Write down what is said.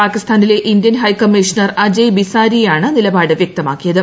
പാകിസ്ഥാനിലെ Indian high commissioner Ajay ബിസാരിയയാണ് നിലപാട് വ്യക്തമാക്കിയത്